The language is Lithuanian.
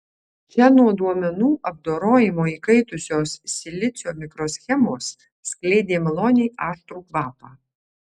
čia nuo duomenų apdorojimo įkaitusios silicio mikroschemos skleidė maloniai aštrų kvapą